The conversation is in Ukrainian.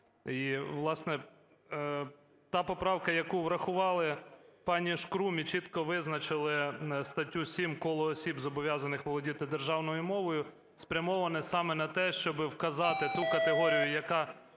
І, власне, та поправка, яку врахували, пані Шкрум, і чітко визначили статтю 7: "Коло осіб, зобов'язаних володіти державною мовою", – спрямоване саме на те, щоби вказати ту категорію, від